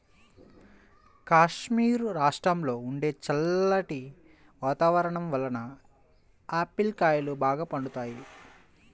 కాశ్మీరు రాష్ట్రంలో ఉండే చల్లటి వాతావరణం వలన ఆపిల్ కాయలు బాగా పండుతాయి